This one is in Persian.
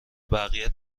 بقیه